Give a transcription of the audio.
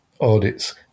audits